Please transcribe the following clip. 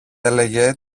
έλεγε